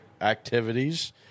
activities